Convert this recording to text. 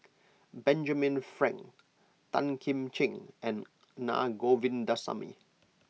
Benjamin Frank Tan Kim Ching and Na Govindasamy